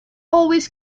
always